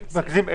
מבינים.